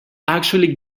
actually